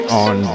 on